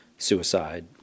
suicide